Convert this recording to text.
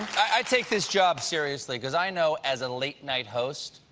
i take this job seriously, because i know, as a late night host,